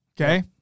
Okay